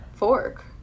fork